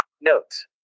Notes